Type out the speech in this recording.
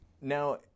Now